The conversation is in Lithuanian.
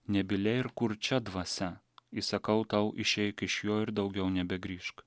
nebylė ir kurčia dvasia įsakau tau išeik iš jo ir daugiau nebegrįžk